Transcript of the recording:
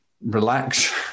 relax